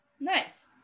Nice